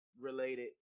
related